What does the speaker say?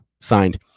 signed